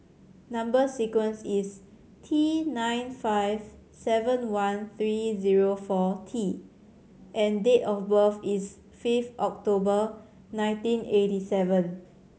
number sequence is T nine five seven one three zero four T and date of birth is fifth October nineteen eighty seven